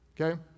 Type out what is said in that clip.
okay